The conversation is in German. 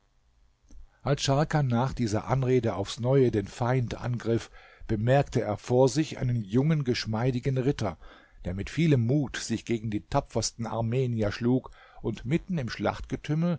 als scharkan nach dieser anrede aufs neue den feind angriff bemerkte er vor sich einen jungen geschmeidigen ritter der mit vielem mut sich gegen die tapfersten armenier schlug und mitten im